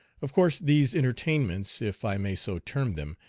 of course these entertainments, if i may so term them,